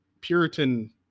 Puritan